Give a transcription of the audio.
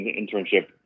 internship